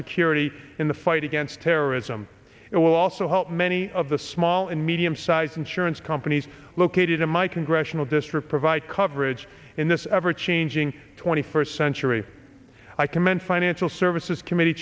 security in the fight against terrorism it will also help many of the small and medium sized insurance companies located in my congressional district provide coverage in this ever changing twenty first century i commend financial services committee